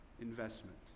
investment